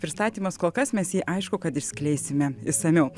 pristatymas kol kas mes jį aišku kad išskleisime išsamiau